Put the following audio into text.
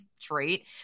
trait